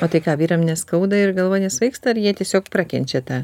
o tai ką vyram neskauda ir galva nesvaigsta ar jie tiesiog prakenčia tą